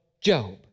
Job